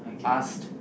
asked